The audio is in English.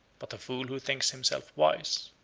but a fool who thinks himself wise,